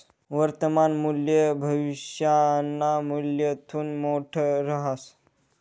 वर्तमान मूल्य भविष्यना मूल्यथून मोठं रहास